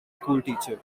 schoolteacher